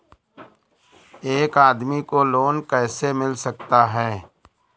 एक आदमी को लोन कैसे मिल सकता है?